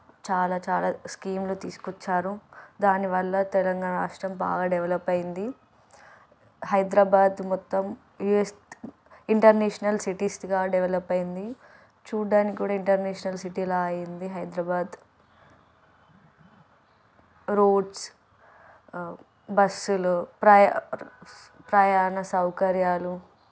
చాలా చాలా స్కీములు తీసుకొచ్చారు దానివల్ల తెలంగాణ రాష్ట్రం బాగా డెవలప్ అయింది హైదరాబాద్ మొత్తం యూఎస్ ఇంటర్నేషనల్ సిటీస్గా డెవలప్ అయింది చూడ్డానికి కూడా ఇంటర్నేషనల్ సిటీల అయింది హైదరాబాద్ రోడ్స్ బస్సులు ప్రయ ప్రయాణ సౌకర్యాలు